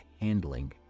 handling